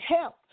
help